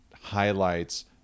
highlights